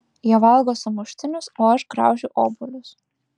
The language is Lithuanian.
jie valgo sumuštinius o aš graužiu obuolius